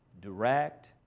direct